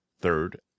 Third